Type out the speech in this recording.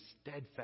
steadfast